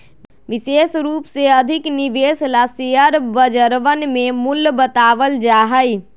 विशेष रूप से अधिक निवेश ला शेयर बजरवन में मूल्य बतावल जा हई